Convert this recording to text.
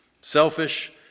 selfish